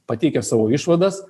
pateikia savo išvadas